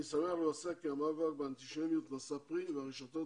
אני שמח לבשר כי המאבק באנטישמיות נשא פרי והרשתות,